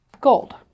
gold